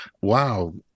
Wow